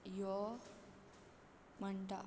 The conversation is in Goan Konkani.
यो म्हणटा